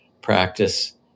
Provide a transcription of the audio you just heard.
practice